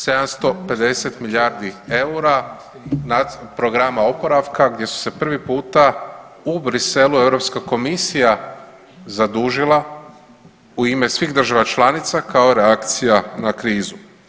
750 milijardi eura programa oporavka gdje su se prvi puta u Bruxellesu Europska komisija zadužila u ime svih država članica kao reakcija na krizu.